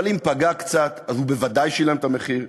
אבל אם פגע קצת, הוא בוודאי שילם את המחיר,